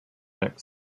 next